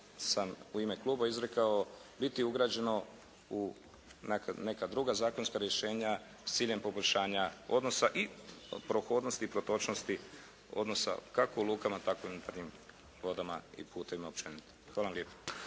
sam u ime kluba izrekao biti ugrađeno u neka druga zakonska rješenja s ciljem poboljšanja odnosa i prohodnosti i protočnosti odnosa kako u lukama tako i u unutarnjim vodama i putevima općenito. Hvala vam lijepo.